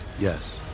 Yes